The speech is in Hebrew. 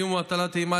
איום או הטלת אימה,